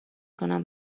کنم